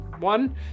one